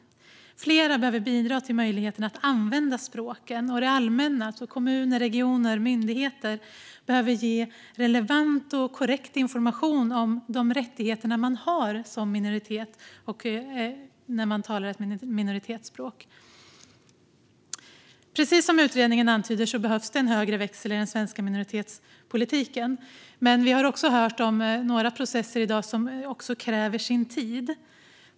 Fler behöver bidra till möjligheterna att använda språken, och det allmänna - kommuner, regioner och myndighet - behöver ge relevant och korrekt information om de rättigheter man har som minoritet och när man talar ett minoritetsspråk. Precis som utredningen antyder behövs det en högre växel i den svenska minoritetspolitiken, men vi har i dag också hört om några processer som kräver sin tid.